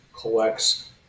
collects